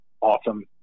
awesome